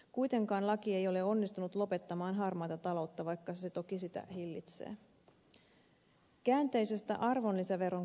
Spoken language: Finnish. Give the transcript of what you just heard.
kuitenkaan laki ei ole onnistunut lopettamaan harmaata taloutta vaikka se toki sitä hillitsee